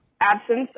absence